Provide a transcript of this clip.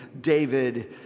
David